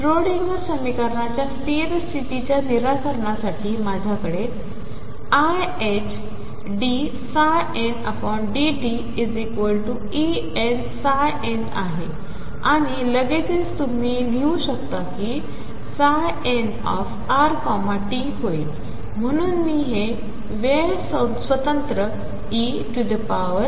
श्रोडिंगरसमीकरणाच्यास्थिरस्थितीच्यानिराकरणासाठी माझ्याकडेiℏdndtEnn आहे आणिलगेचचतुम्हीलिहूशकताकीnrtहोईल म्हणून मीहेवेळस्वतंत्रe iEnt